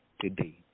today